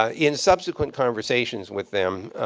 ah in subsequent conversations with them,